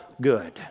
good